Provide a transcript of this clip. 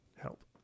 help